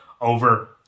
over